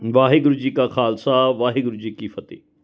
ਵਾਹਿਗੁਰੂ ਜੀ ਕਾ ਖਾਲਸਾ ਵਾਹਿਗੁਰੂ ਜੀ ਕੀ ਫਤਿਹ